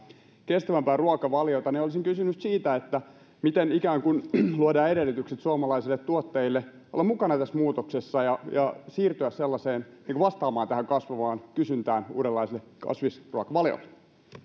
kestävämpää ruokavaliota olisin kysynyt siitä miten ikään kuin luodaan edellytykset suomalaisille tuotteille olla mukana tässä muutoksessa ja ja siirtyä vastaamaan tähän kasvavaan kysyntään uudenlaisille kasvisruokavalioille